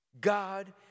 God